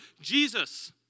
Jesus